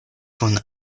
kun